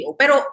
pero